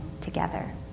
together